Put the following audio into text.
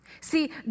See